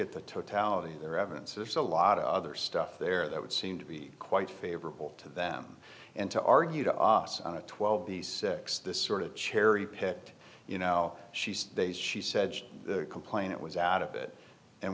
at the totality of their evidence or saw a lot of other stuff there that would seem to be quite favorable to them and to argue to us on a twelve these six this sort of cherry picked you know she's they she said the complaint was out of it and